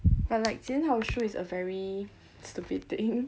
but like 检讨书 is a very stupid thing